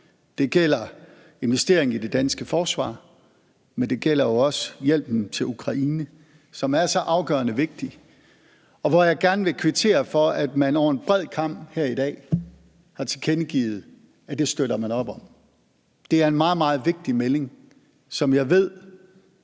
Det gælder investering i det danske forsvar, men det gælder jo også hjælpen til Ukraine, som er så afgørende vigtig, og hvor jeg gerne vil kvittere for, at man over en bred kam her i dag har tilkendegivet, at det støtter man op om. Det er en meget, meget vigtig melding, som jeg ved